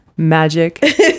magic